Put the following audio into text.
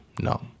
no